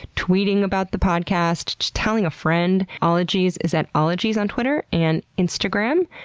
tweeting about the podcast, telling a friend. ologies is at ologies on twitter and instagram.